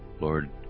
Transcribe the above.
Lord